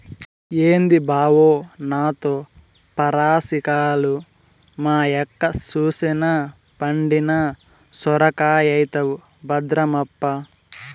ఏంది బావో నాతో పరాసికాలు, మా యక్క సూసెనా పండిన సొరకాయైతవు భద్రమప్పా